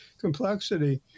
complexity